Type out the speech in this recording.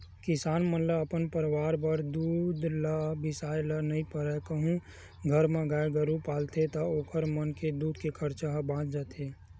किसान मन ल अपन परवार बर दूद ल बिसाए ल नइ परय कहूं घर म गाय गरु पालथे ता ओखर मन के दूद के खरचा ह बाच जाथे